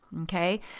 Okay